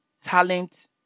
talent